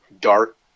dark